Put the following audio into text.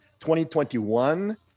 2021